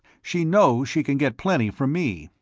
she knows she can get plenty from me.